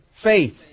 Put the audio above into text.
Faith